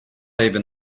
even